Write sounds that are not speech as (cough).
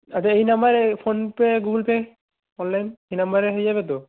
আচ্ছা এই নাম্বারে ফোনপে গুগল পে অনলাইন এই নাম্বারে (unintelligible) যাবে তো